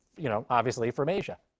you know, obviously, from asia.